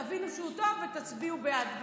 תבינו שהוא טוב ותצביעו בעד.